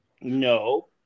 No